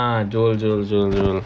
uh jewel jewel jewel jewel